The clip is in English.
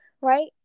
right